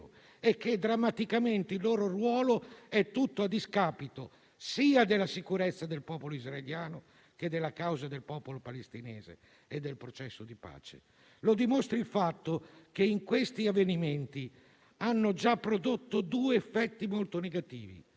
e che drammaticamente il loro ruolo è tutto a discapito sia della sicurezza del Popolo israeliano sia della causa del popolo palestinese e del processo di pace. Lo dimostra il fatto che questi avvenimenti hanno già prodotto due effetti molto negativi: